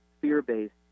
fear-based